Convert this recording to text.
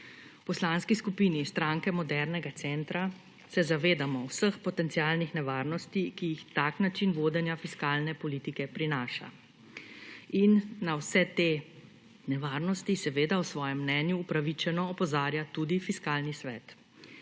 Poslanski skupini Stranke modernega centra se zavedamo vseh potencialnih nevarnosti, ki jih tak način vodenja fiskalne politike prinaša. Na vse te nevarnosti seveda v svojem mnenju upravičeno opozarja tudi Fiskalni svet.